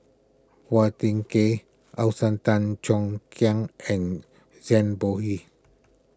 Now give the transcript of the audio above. Phua Thin Kiay Tan Cheong Kheng and Zhang Bohe